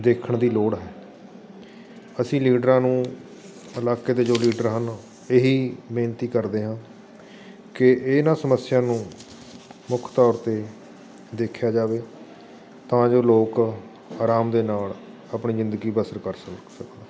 ਦੇਖਣ ਦੀ ਲੋੜ ਹੈ ਅਸੀਂ ਲੀਡਰਾਂ ਨੂੰ ਇਲਾਕੇ ਦੇ ਜੋ ਲੀਡਰ ਹਨ ਇਹੀ ਬੇਨਤੀ ਕਰਦੇ ਹਾਂ ਕਿ ਇਨ੍ਹਾਂ ਸਮੱਸਿਆ ਨੂੰ ਮੁੱਖ ਤੌਰ 'ਤੇ ਦੇਖਿਆ ਜਾਵੇ ਤਾਂ ਜੋ ਲੋਕ ਆਰਾਮ ਦੇ ਨਾਲ ਆਪਣੀ ਜ਼ਿੰਦਗੀ ਬਸਰ ਕਰ ਸਕ ਸਕਣ